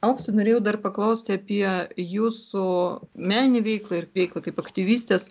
aukse norėjau dar paklausti apie jūsų meninę veiklą ir veiklą kaip aktyvistės